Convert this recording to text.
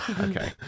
okay